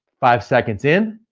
five seconds in,